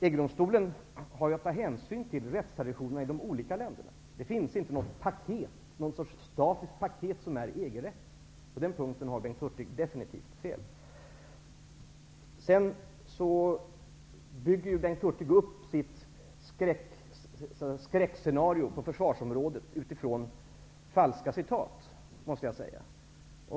EG-domstolen har ju att ta hänsyn till rättstraditionerna i de olika länderna. Det finns inte någon sorts statiskt paket som är EG-rätt, så på den punkten har Bengt Hurtig definitivt fel. Bengt Hurtig bygger upp sitt skräckscenario på försvarsområdet med utgångspunkt i falska citat. Det måste jag säga.